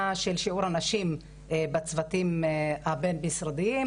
של שיעור הנשים בצוותים הבין משרדיים,